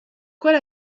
qual